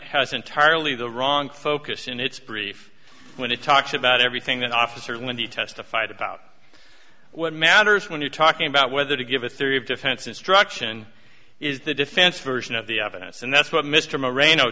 has entirely the wrong focus in its brief when it talks about everything that officer when he testified about what matters when you're talking about whether to give a theory of defense instruction is the defense version of the evidence and that's what mr moreno